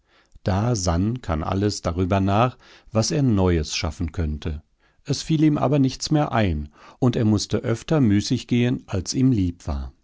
da sann kannalles darüber nach was er neues schaffen könnte es fiel ihm aber nichts mehr ein und er mußte öfter müßiggehen als ihm lieb war